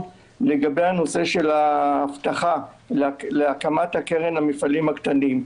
לגבי הנושא של ההבטחה להקמת הקרן למפעלים הקטנים.